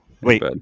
wait